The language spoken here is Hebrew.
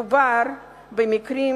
מדובר במקרים